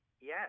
Yes